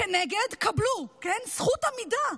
קבלו, כנגד זכות העמידה.